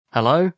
Hello